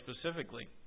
specifically